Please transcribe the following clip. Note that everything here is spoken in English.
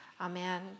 Amen